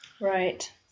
right